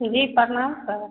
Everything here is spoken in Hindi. जी प्रणाम साहब